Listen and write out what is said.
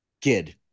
kid